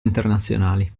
internazionali